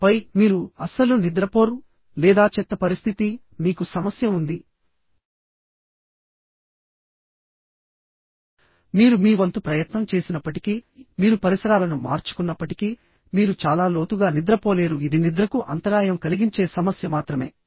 ఆపై మీరు అస్సలు నిద్రపోరు లేదా చెత్త పరిస్థితి మీకు సమస్య ఉందిమీరు మీ వంతు ప్రయత్నం చేసినప్పటికీ మీరు పరిసరాలను మార్చుకున్నప్పటికీ మీరు చాలా లోతుగా నిద్రపోలేరు ఇది నిద్రకు అంతరాయం కలిగించే సమస్య మాత్రమే